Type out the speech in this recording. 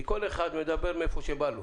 כי כל אחד מדבר מאיפה שזה בא לו.